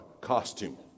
costume